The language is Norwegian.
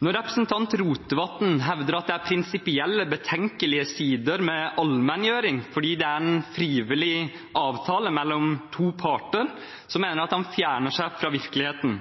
Når representanten Rotevatn hevder at det er prinsipielt betenkelige sider ved allmenngjøring, fordi det er en frivillig avtale mellom to parter, så mener jeg at han fjerner seg fra virkeligheten.